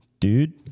Dude